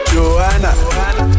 Joanna